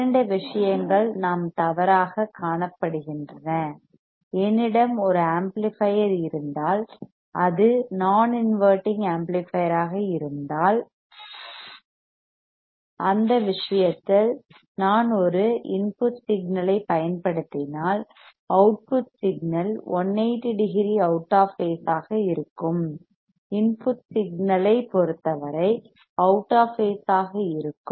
இரண்டு விஷயங்கள் நாம் தவறாகக் காணப்படுகின்றன என்னிடம் ஒரு ஆம்ப்ளிபையர் இருந்தால் அது நான் இன்வெர்ட்டிங் ஆம்ப்ளிபையர்யாக இருந்தால் அந்த விஷயத்தில் நான் ஒரு இன்புட் சிக்னல் ஐப் பயன்படுத்தினால் output signal 180 degree out of phase ஆக இருக்கும் இன்புட் சிக்னல் ஐப் பொறுத்தவரை அவுட் ஆஃப் பேஸ் ஆக இருக்கும்